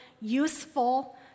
useful